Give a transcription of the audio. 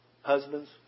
husbands